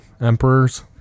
emperors